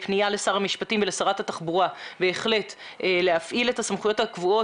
פנייה לשר המשפטים ולשרת התחבורה להפעיל את הסמכויות הקבועות.